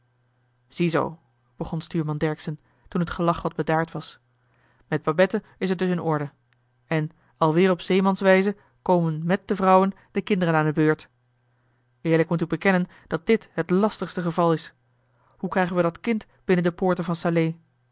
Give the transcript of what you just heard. ziezoo begon stuurman dercksen toen het gelach wat bedaard was met babette is het dus in orde en alweer op zeemanswijze komen mèt de vrouwen joh h been paddeltje de scheepsjongen van michiel de ruijter de kinderen aan de beurt eerlijk moet ik bekennen dat dit het lastigste geval is hoe krijgen we dat kind binnen de poorten van salé